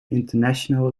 international